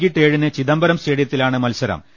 വൈകീട്ട് ഏഴിന് ചിദംബരം സ്റ്റേഡിയത്തി ലാണ് മത്സരം